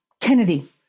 Kennedy